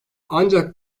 ancak